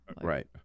Right